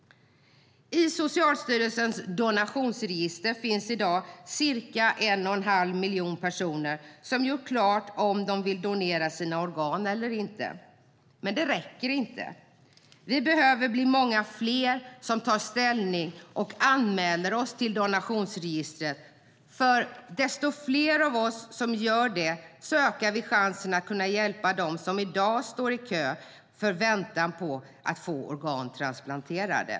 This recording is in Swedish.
I Socialstyrelsens donationsregister finns i dag ca 1,5 miljoner personer som har gjort klart om de vill donera sina organ eller inte. Men det räcker inte. Vi behöver bli många fler som tar ställning och anmäler oss till donationsregistret. Ju fler av oss som gör det, desto mer ökar chansen att kunna hjälpa dem som i dag står i kö och väntar på att få organ transplanterade.